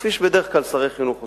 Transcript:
כפי שבדרך כלל שרי חינוך עושים,